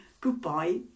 goodbye